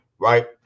right